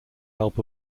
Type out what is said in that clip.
help